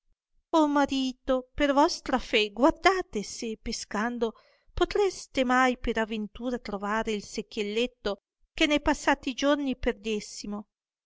disse marito per vostra fé guardate se pescando potreste mai per aventura trovare il secchielletto che ne passati giorni perdessimo